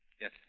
Yes